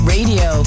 Radio